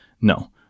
no